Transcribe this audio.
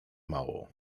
mało